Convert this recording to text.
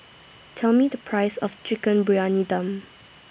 Tell Me The Price of Chicken Briyani Dum